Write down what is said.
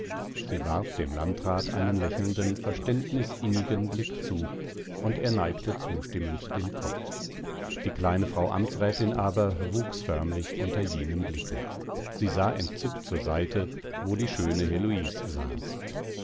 sie warf dem landrat einen lächelnden verständnisinnigen blick zu und er neigte zustimmend den kopf die kleine frau amtsrätin aber wuchs förmlich unter jenem blicke sie sah entzückt zur seite wo die schöne heloise saß